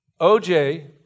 OJ